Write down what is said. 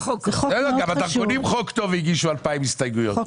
גם הדרכונים חוק טוב, והגישו אלפיים הסתייגויות.